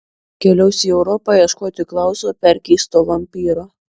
keliaus į europą ieškoti klauso perkeisto vampyro